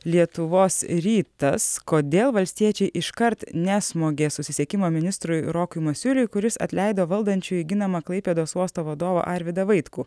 lietuvos rytas kodėl valstiečiai iškart nesmogė susisiekimo ministrui rokui masiuliui kuris atleido valdančiųjų ginamą klaipėdos uosto vadovą arvydą vaitkų